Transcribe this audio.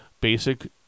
basic